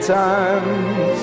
times